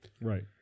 Right